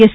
S